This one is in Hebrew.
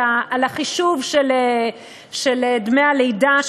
לגבי חישוב דמי הלידה,